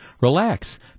relax